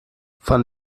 von